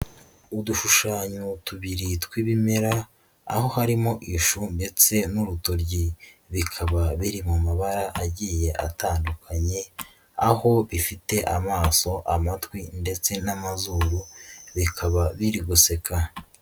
Udushushanyo tubiri tw'ibimera aho harimo ishu ndetse n'urutoryi, bikaba biri mu mabara agiye atandukanye, aho bifite amaso, amatwi ndetse n'amazuru bikaba biri guseka.